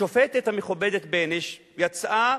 השופטת המכובדת בייניש יצאה